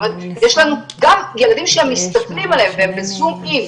זאת אומרת גם ילדים שמסתכלים עליהם והם בזוּם אִין